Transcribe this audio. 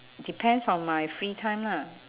depends on my free time lah